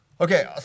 Okay